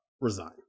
resign